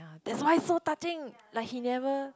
that's why so touching like he never